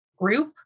group